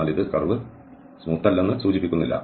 എന്നാൽ ഇത് curve smooth അല്ലെന്ന് സൂചിപ്പിക്കുന്നില്ല